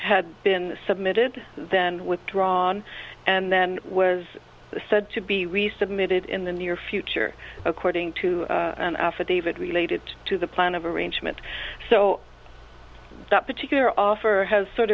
had been submitted then withdrawn and then was said to be resubmitted in the near future according to an affidavit related to the plan of arrangement so that particular offer has sort